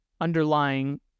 underlying